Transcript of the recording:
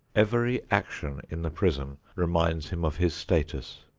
every action in the prison reminds him of his status.